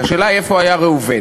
והשאלה היא איפה היה ראובן.